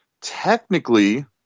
technically